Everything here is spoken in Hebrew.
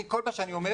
כל מה שאני אומר